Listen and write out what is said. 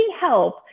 help